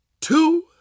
two